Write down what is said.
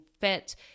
fit